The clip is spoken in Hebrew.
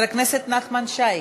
חבר הכנסת נחמן שי,